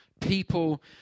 People